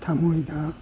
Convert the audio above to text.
ꯊꯃꯣꯏꯗ